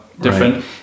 different